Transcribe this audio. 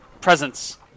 presence